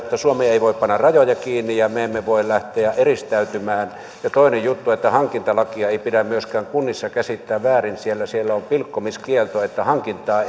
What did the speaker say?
huomioiden suomi ei voi panna rajoja kiinni ja me emme voi lähteä eristäytymään ja toinen juttu on että hankintalakia ei pidä myöskään kunnissa käsittää väärin sillä siellä on pilkkomiskielto että hankintaa